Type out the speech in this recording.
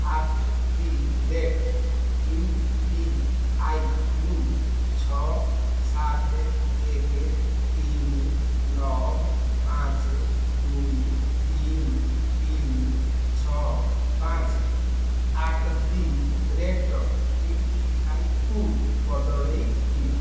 at the rate ୟୁପିଆଇରୁୁ ଛଅ ସାତ ଏକ ତିନି ନଅ ପାଞ୍ଚ ଦୁଇ ତିନି ତିନି ଛଅ ପାଞ୍ଚ ଆଟ୍ ଦି ରେଟ୍ ୟୁପିଆଇକୁ ବଦଳେଇ ଦିଅ